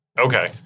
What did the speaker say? Okay